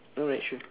alright sure